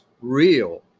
real